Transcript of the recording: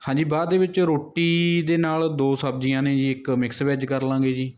ਹਾਂਜੀ ਬਾਅਦ ਦੇ ਵਿੱਚ ਰੋਟੀ ਦੇ ਨਾਲ ਦੋ ਸਬਜ਼ੀਆਂ ਨੇ ਜੀ ਇੱਕ ਮਿਕਸ ਵੈਜ ਕਰ ਲਵਾਂਗੇ ਜੀ